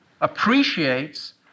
appreciates